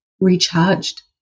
recharged